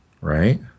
right